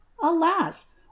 alas